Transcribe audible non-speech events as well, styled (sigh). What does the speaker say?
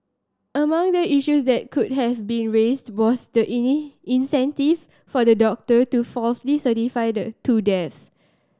among the issues that could have been raised was the (unintelligible) incentive for the doctor to falsely certify the two deaths